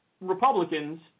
Republicans